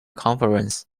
conferences